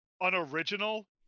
unoriginal